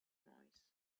noise